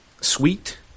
sweet